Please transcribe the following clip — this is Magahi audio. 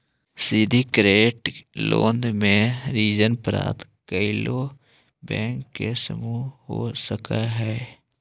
सिंडीकेटेड लोन में ऋण प्रदाता कइएगो बैंक के समूह हो सकऽ हई